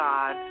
God